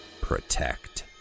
Protect